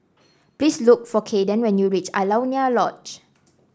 please look for Kayden when you reach Alaunia Lodge